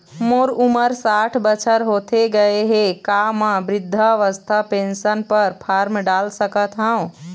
मोर उमर साठ बछर होथे गए हे का म वृद्धावस्था पेंशन पर फार्म डाल सकत हंव?